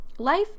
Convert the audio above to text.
life